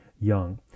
young